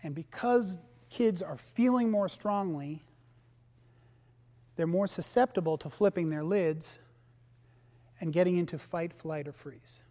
and because kids are feeling more strongly they're more susceptible to flipping their lives and getting into a fight flight or freeze